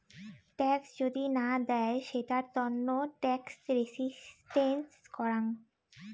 tax যদি না দেয় সেটার তন্ন ট্যাক্স রেসিস্টেন্স করাং